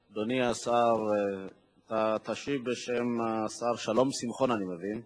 ואחר כך נקום עם "סלינה" ונקום עם מפעלים אחרים.